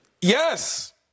Yes